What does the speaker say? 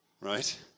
Right